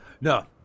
No